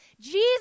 Jesus